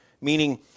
Meaning